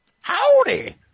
Howdy